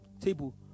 table